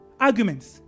Arguments